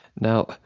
Now